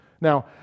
Now